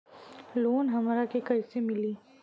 Loan हमरा के कईसे मिली?